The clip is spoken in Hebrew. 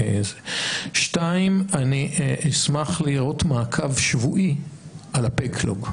שתיים, אני אשמח לראות מעקב שבועי על ה-backlog,